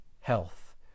health